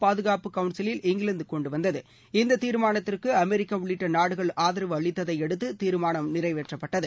பாதுகாப்பு கவுன்சிலில் இங்கிலாந்து கொண்டுவந்தது இந்த தீர்மானத்திற்கு அமெரிக்கா உள்ளிட்ட நாடுகள் ஆதரவு அளித்ததையடுத்து தீர்மானம் நிறைவேற்றப்பட்டது